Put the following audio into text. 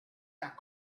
that